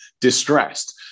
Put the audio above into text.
distressed